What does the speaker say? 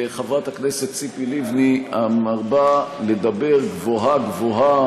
לחברת הכנסת ציפי לבני, המרבה לדבר גבוהה-גבוהה,